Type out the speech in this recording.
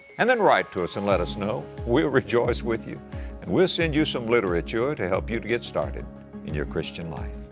and then write to us and let us know. we'll rejoice with you and we'll send you some literature to help you to get started in you christian life.